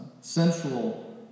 central